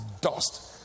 dust